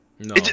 No